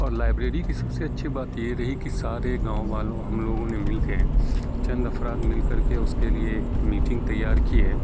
اور لائبریری کی سب سے اچھی بات یہ رہی کہ سارے گاؤں والوں ہم لوگوں نے مل کے چند افراد مل کر کے اس کے لیے ایک میٹنگ تیار کی ہے